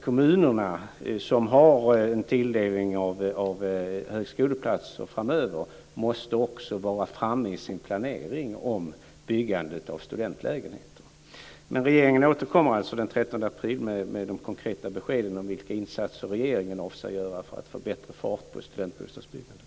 Kommunerna, som har en tilldelning av högskoleplatser framöver, måste också vara framme i sin planering av byggandet av studentlägenheter. Men regeringen återkommer alltså den 13 april med de konkreta beskeden om vilka insatser vi avser att vidta för att få bättre fart på studentbostadsbyggandet.